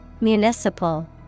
Municipal